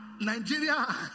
nigeria